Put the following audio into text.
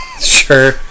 Sure